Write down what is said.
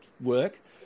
work